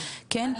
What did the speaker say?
כן?